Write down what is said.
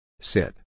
Sit